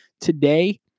today